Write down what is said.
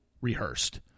rehearsed